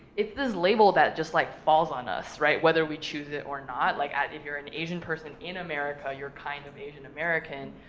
it's this label that just like falls on us, right? whether we choose it or not. like if you're an asian person in america you're kind of asian american.